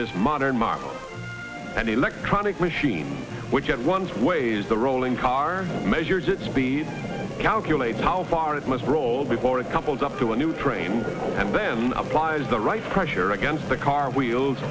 this modern mark and electronic machine which at once weighs the rolling car measures its speed calculate how far it must roll before it couples up to a new train and then applies the right pressure against the car wheels